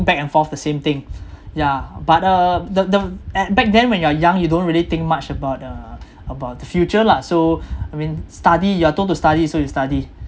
back and forth the same thing yeah but uh the the back then when you're young you don't really think much about uh about the future lah so I mean study you are told to study so you study